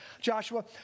Joshua